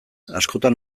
askotan